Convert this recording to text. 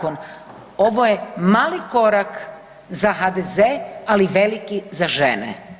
Ovo je mali korak za HDZ, ali veliki za žene.